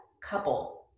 couple